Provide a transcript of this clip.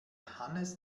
hannes